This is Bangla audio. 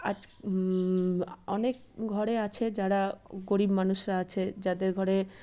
আজ অনেক ঘরে আছে যারা গরিব মানুষরা আছে যাদের ঘরে